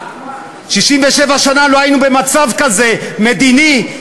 67 שנה לא היינו במצב כזה מדיני,